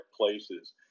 places